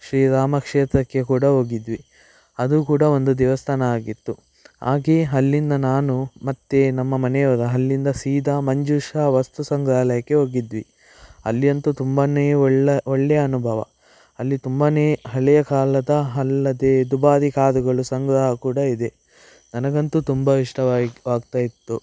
ಶ್ರೀರಾಮ ಕ್ಷೇತ್ರಕ್ಕೆ ಕೂಡ ಹೋಗಿದ್ವಿ ಅದು ಕೂಡ ಒಂದು ದೇವಸ್ಥಾನ ಆಗಿತ್ತು ಹಾಗೇ ಅಲ್ಲಿಂದ ನಾನು ಮತ್ತು ನಮ್ಮ ಮನೆಯವರು ಅಲ್ಲಿಂದ ಸೀದಾ ಮಂಜೂಷಾ ವಸ್ತು ಸಂಗ್ರಹಾಲಯಕ್ಕೆ ಹೋಗಿದ್ವಿ ಅಲ್ಲಿಯಂತೂ ತುಂಬಾ ಒಳ್ಳ ಒಳ್ಳೆಯ ಅನುಭವ ಅಲ್ಲಿ ತುಂಬಾ ಹಳೆಯ ಕಾಲದ ಅಲ್ಲದೇ ದುಬಾರಿ ಕಾರುಗಳು ಸಂಗ್ರಹ ಕೂಡ ಇದೆ ನನಗಂತೂ ತುಂಬ ಇಷ್ಟವಾಯಿ ಆಗ್ತಾಯಿತ್ತು